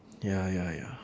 ya ya ya